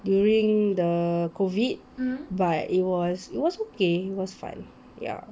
during the COVID but it was it was okay it was fun ya